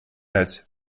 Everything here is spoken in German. als